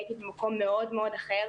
הייתי במקום מאוד אחר,